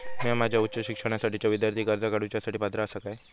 म्या माझ्या उच्च शिक्षणासाठीच्या विद्यार्थी कर्जा काडुच्या साठी पात्र आसा का?